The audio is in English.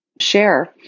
share